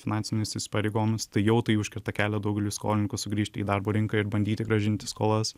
finansinius įsipareigojimus tai jau tai užkerta kelią daugeliui skolininkų sugrįžti į darbo rinką ir bandyti grąžinti skolas